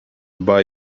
buy